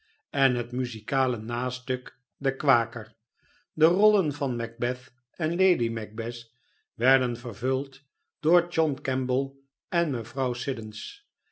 en het muzikale nastuk de kwaker de rollen van macbeth en lady macbeth werden vervuld door john kemble en mevrouw